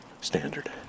standard